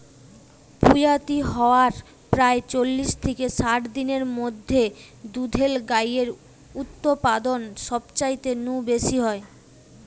পুয়াতি হয়ার প্রায় চল্লিশ থিকে ষাট দিনের মধ্যে দুধেল গাইয়ের উতপাদন সবচাইতে নু বেশি হয়